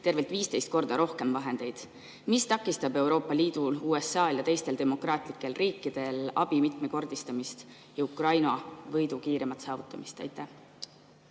tervelt 15 korda rohkem vahendeid. Mis takistab Euroopa Liidul, USA-l ja teistel demokraatlikel riikidel abi mitmekordistamist, et Ukraina võit kiiremini saavutada? Aitäh,